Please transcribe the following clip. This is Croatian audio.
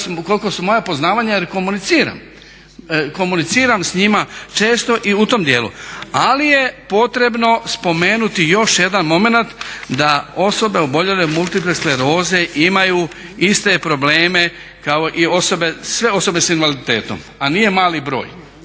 kolika su moja poznavanja jer komuniciram s njima često i u tom dijelu. Ali je potrebno spomenuti još jedan momenat, da osobe oboljele od multiple skleroze imaju iste probleme kao i sve osobe s invaliditetom, a nije mali broj